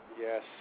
Yes